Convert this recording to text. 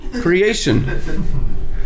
creation